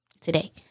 today